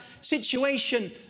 situation